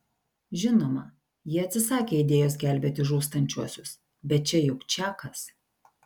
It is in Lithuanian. žinoma ji atsisakė idėjos gelbėti žūstančiuosius bet čia juk čakas